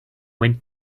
went